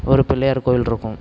ஒரு பிள்ளையார் கோவிலிருக்கும்